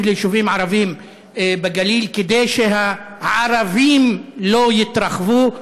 ליישובים ערביים בגליל כדי שהערבים לא יתרחבו,